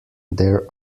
there